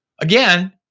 Again